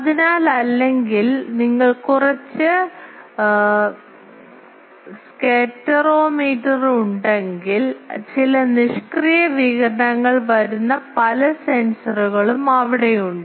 അതിനാൽ അല്ലെങ്കിൽ നിങ്ങൾക്ക് കുറച്ച് സ്കാറ്റെറോമീറ്റർ ഉണ്ടെങ്കിൽ ചില നിഷ്ക്രിയ വികിരണങ്ങൾ വരുന്ന പല സെൻസറുകളും അവിടെയുണ്ട്